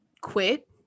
quit